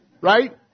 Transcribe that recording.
Right